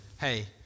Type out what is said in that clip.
hey